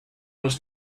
was